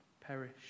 perish